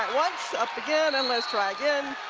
once, up again and let's try again.